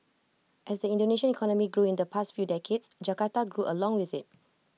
as the Indonesian economy grew in the past few decades Jakarta grew along with IT